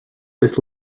this